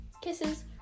kisses